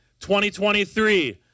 2023